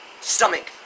Stomach